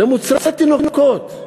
למוצרי תינוקות.